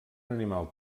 animal